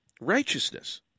Righteousness